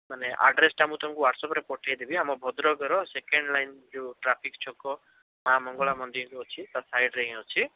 ମାନେ ଆଡ଼୍ରେସଟା ତମକୁ ହ୍ୱାଟସ୍ଆପ୍ରେ ପଠାଇଦେବି ଆମ ଭଦ୍ରକର ସେକେଣ୍ଡ ଲାଇନ୍ ଯେଉଁ ଟ୍ରାଫିକ ଛକ ମା' ମଙ୍ଗଳା ମନ୍ଦିର ଯେଉଁ ଅଛି ତା ସାଇଡ଼୍ରେ ହିଁ ଅଛି